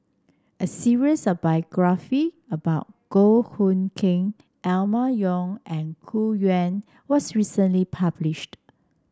a series of biography about Goh Hood Keng Emma Yong and Gu Juan was recently published